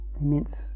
immense